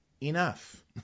enough